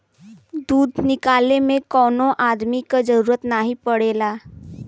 दूध निकाले में कौनो अदमी क जरूरत नाही पड़ेला